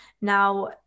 Now